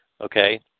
okay